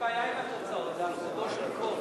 יש בעיה עם התוצאות, זה על חודו של קול.